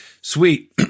Sweet